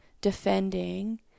defending